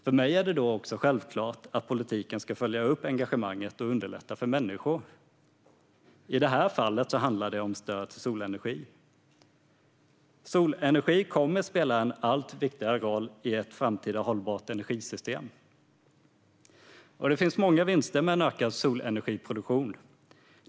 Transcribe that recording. För mig är det självklart att politiken ska följa upp detta engagemang och underlätta för människor. I detta fall handlar det om stöd till solenergi. Solenergi kommer att spela en allt viktigare roll i ett framtida hållbart energisystem, och det finns många vinster med en ökad solenergiproduktion.